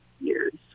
years